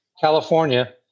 California